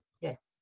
Yes